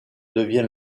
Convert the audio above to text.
devient